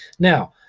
now,